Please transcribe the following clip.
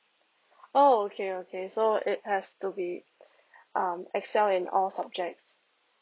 oh okay okay so it has to be um excel in all subjects